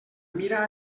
mira